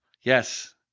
Yes